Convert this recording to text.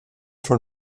von